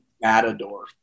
Matador